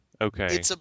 Okay